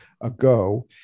ago